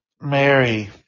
Mary